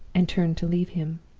and turned to leave him.